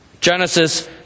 Genesis